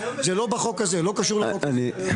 זה לא בחוק הזה, לא קשור לחוק הזה.